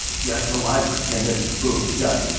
get go live for ten minutes, boom, done.